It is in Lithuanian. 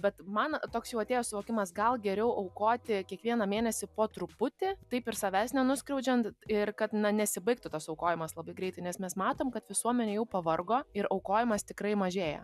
bet man toks jau atėjo suvokimas gal geriau aukoti kiekvieną mėnesį po truputį taip ir savęs nenuskriaudžiant ir kad nesibaigtų tas aukojimas labai greitai nes mes matom kad visuomenė jau pavargo ir aukojimas tikrai mažėja